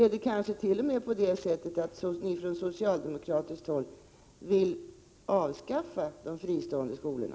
Är det kanske t.o.m. på det sättet att ni från socialdemokratiskt håll vill avskaffa de fristående skolorna?